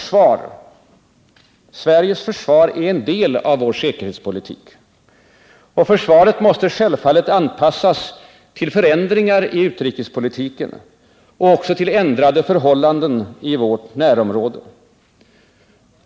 Sveriges försvar är en del av vår säkerhetspolitik. Försvaret måste självfallet anpassas till förändringar i utrikespolitiken och även till nya förhållanden i vårt närområde.